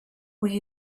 will